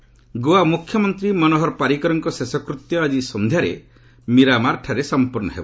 ପାରିକର ଗୋଆ ମୁଖ୍ୟମନ୍ତ୍ରୀ ମନୋହର ପାରିକରଙ୍କ ଶେଷକୃତ୍ୟ ଆଜି ସନ୍ଧ୍ୟାରେ ମୀରାମାରଠାରେ ସଂପନ୍ନ ହେବ